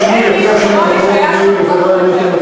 אין מי שכמוני היה שם כל כך הרבה פעמים.